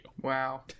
Wow